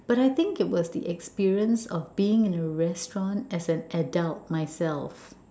but I think it was the experience of being in a restaurant as an adult myself